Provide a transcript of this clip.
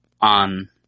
on